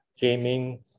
gaming